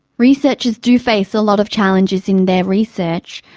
researchers do face a lot of challenges in their research.